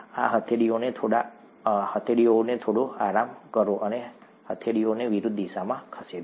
આ હથેળીઓને થોડો આરામ કરો અને હથેળીઓને વિરુદ્ધ દિશામાં ખસેડો